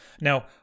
Now